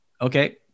Okay